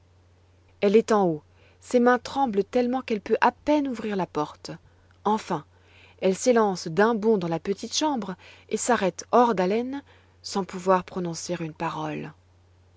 elle est en haut ses mains tremblent tellement qu'elle peut à peine ouvrir la porte enfin elle s'élance d'un bond dans la petite chambre et s'arrête hors d'haleine sans pouvoir prononcer une parole